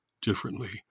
differently